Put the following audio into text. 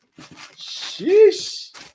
Sheesh